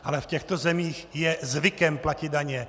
Ale v těchto zemích je zvykem platit daně.